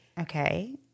okay